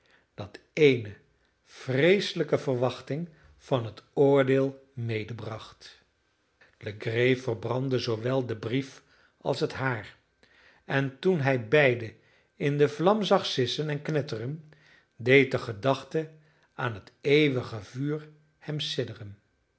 dat eene vreeselijke verwachting van het oordeel medebracht legree verbrandde zoowel den brief als het haar en toen hij beide in de vlam zag sissen en knetteren deed de gedachte aan het eeuwige vuur hem